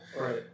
Right